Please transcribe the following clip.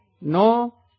no